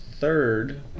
Third